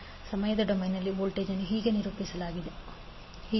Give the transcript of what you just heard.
328∠ 80V ಸಮಯ ಡೊಮೇನ್ನಲ್ಲಿನ voltage ಅನ್ನು ಹೀಗೆ ನಿರೂಪಿಸಲಾಗಿದೆ v32